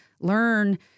learn